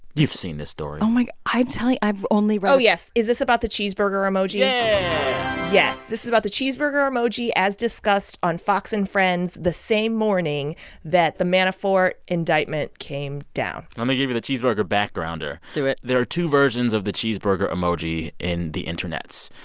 you've seen this story oh my i'm telling you i've only read. oh, yes. is this about the cheeseburger emoji? yeah yes. this is about the cheeseburger emoji, as discussed on fox and friends the same morning that the manafort indictment came down let me give you the cheeseburger backgrounder do it there are two versions of the cheeseburger emoji in the internets.